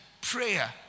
prayer